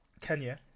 kenya